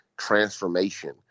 transformation